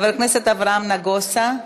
חבר הכנסת אברהם נגוסה,